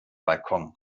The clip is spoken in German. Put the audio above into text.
balkon